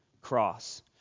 cross